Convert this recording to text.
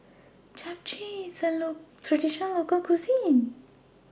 Japchae IS A Traditional Local Cuisine